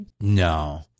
No